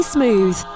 Smooth